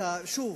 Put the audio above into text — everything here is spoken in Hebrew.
מצרים ל"חמאס"?